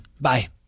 Bye